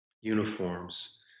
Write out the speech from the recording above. uniforms